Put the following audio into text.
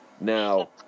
Now